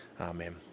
Amen